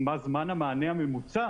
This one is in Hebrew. מה זמן המענה הממוצע?